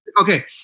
Okay